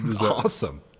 awesome